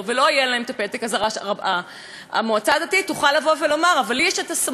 המועצה הדתית תוכל לומר: אבל לי יש סמכות לעשות כך וכך.